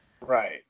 Right